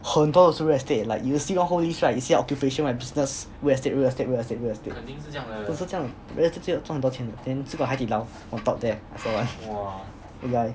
很多 also real estate like you will see one whole list right you see occupation right you see business real estate real estate real estate real estate 都是这样的赚很多钱的 then still got 海底捞 on top there also